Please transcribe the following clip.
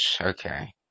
Okay